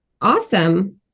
Awesome